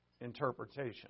interpretation